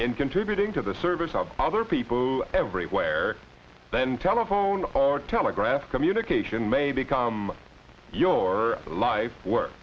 in contributing to the service of other people everywhere then telephone or telegraph communication may become your life's work